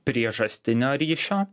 priežastinio ryšio